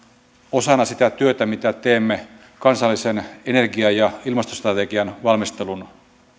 osana sitä työtä mitä teemme kansallisen energia ja ilmastostrategian valmistelun